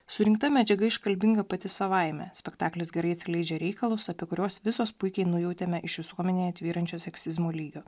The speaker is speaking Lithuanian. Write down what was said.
surinkta medžiaga iškalbinga pati savaime spektaklis gerai atskleidžia reikalus apie kuriuos visos puikiai nujautėme iš visuomenėje tvyrančio seksizmo lygio